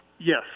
Yes